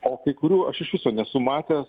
o kai kurių aš iš viso nesu matęs